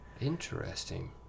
Interesting